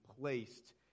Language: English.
placed